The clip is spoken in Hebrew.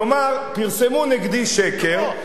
כלומר, פרסמו נגדי שקר.